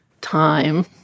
time